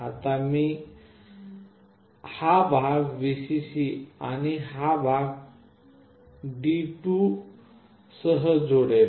आता मी हा भाग Vcc आणि हा भाग पिन D2 सह जोडेल